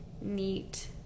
neat